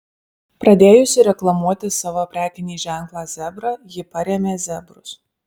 pradėjusi reklamuoti savo prekinį ženklą zebra ji parėmė zebrus